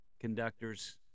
conductors